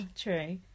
true